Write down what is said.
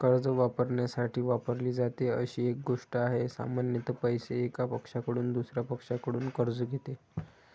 कर्ज वापरण्यासाठी वापरली जाते अशी एक गोष्ट आहे, सामान्यत पैसे, एका पक्षाकडून दुसर्या पक्षाकडून कर्ज घेते